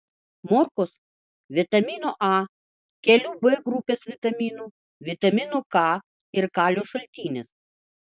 morkos vitamino a kelių b grupės vitaminų vitamino k ir kalio šaltinis